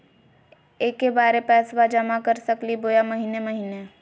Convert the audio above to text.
एके बार पैस्बा जमा कर सकली बोया महीने महीने?